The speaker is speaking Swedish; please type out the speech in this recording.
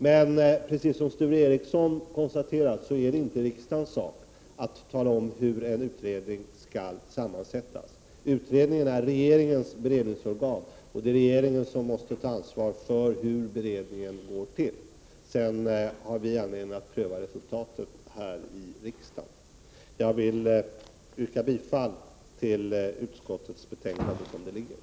Men det är, precis som Sture Ericson konstaterat, inte riksdagens sak att tala om hur en utredning skall sammansättas. Utredningar är regeringens beredningsorgan, och det är regeringen som måste ta ansvar för hur beredningen går till. Sedan har vi att pröva resultaten här i riksdagen. Jag vill yrka bifall till utskottets hemställan som den föreligger.